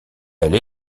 elle